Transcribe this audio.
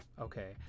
okay